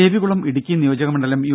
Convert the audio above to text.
ദേവികുളം ഇടുക്കി നിയോജകമണ്ഡലം യു